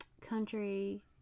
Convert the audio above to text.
country